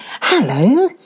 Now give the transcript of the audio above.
hello